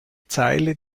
zeile